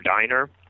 Diner